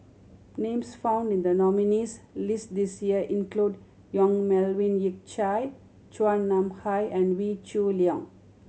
names found in the nominees' list this year include Yong Melvin Yik Chye Chua Nam Hai and Wee Shoo Leong